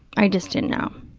i just didn't know,